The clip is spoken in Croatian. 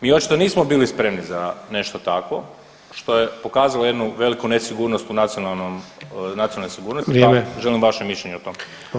Mi očito nismo bili spremni za nešto tako što je pokazalo jednu veliku nesigurnost u nacionalnom, nacionalnoj sigurnosti [[Upadica: Vrijeme.]] pa želim vaše mišljenje o tome.